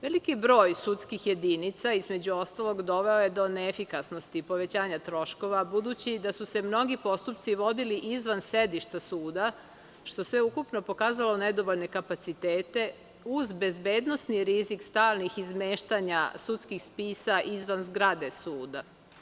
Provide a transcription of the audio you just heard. Veliki broj sudskih jedinica, između ostalog, doveo je do neefikasnosti, povećanja troškova, budući da su se mnogo postupci vodili izvan sedišta suda, što je sveukupno pokazalo nedovoljne kapacitete, uz bezbednosni rizik stalnih izmeštanja sudskih spisa izvan zgrade suda.